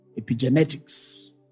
epigenetics